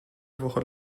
woche